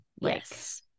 yes